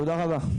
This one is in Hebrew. תודה רבה.